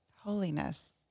holiness